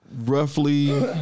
roughly